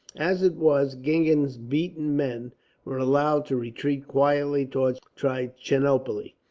as it was, gingen's beaten men were allowed to retreat quietly towards trichinopoli.